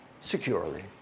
securely